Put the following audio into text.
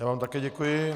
Já vám také děkuji.